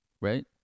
right